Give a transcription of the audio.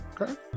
Okay